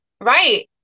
Right